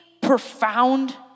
profound